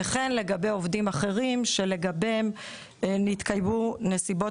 וכן לגבי עובדים אחרים שלגביהם נתקיימו נסיבות